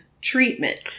treatment